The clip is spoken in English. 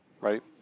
right